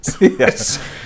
Yes